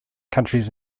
countries